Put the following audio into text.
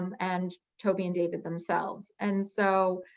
and toby and david themselves. and so,